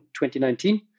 2019